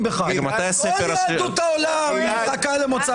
בך אלא כל יהדות העולם מחכה למוצא פיך.